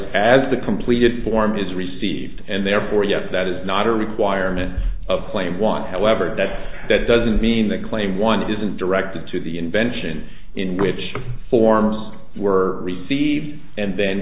as the completed form is received and therefore yes that is not a requirement of claim want however that that doesn't mean the claim one isn't directed to the invention in which forms were received and then